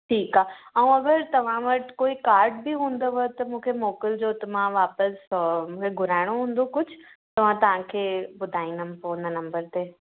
ठीकु आहे ऐं अगरि तव्हां वटि कोई काड बि हूंदव त मूंखे मोकिलिजो त मां वापसि मूंखे घुराइणो हूंदो कुझु त मां तव्हांखे ॿुधाईंदमि फ़ोन हुन नंबर ते